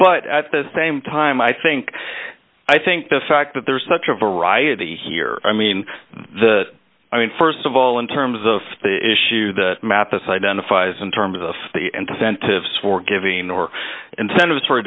but at the same time i think i think the fact that there is such a variety here i mean the i mean st of all in terms of the issue that mathis identifies in terms of the end sent to us for giving or incentives for a